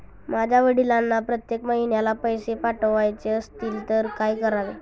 माझ्या वडिलांना प्रत्येक महिन्याला पैसे पाठवायचे असतील तर काय करावे?